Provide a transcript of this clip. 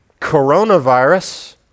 coronavirus